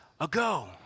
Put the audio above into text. ago